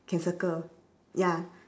can circle ya